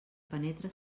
penetra